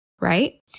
right